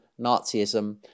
Nazism